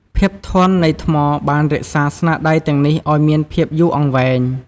ភាពធន់នៃថ្មបានរក្សាស្នាដៃទាំងនេះឲ្យមានភាពយូរអង្វែង។